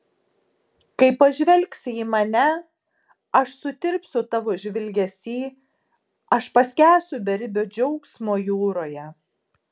kai pažvelgsi į mane aš sutirpsiu tavo žvilgesy aš paskęsiu beribio džiaugsmo jūroje